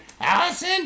Allison